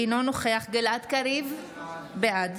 אינו נוכח גלעד קריב, בעד